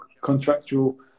contractual